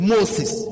Moses